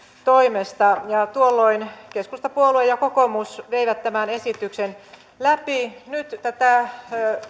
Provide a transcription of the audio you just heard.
toimesta ja tuolloin keskustapuolue ja kokoomus veivät tämän esityksen läpi nyt tätä